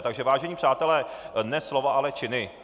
Takže vážení přátelé, ne slova, ale činy.